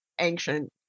ancient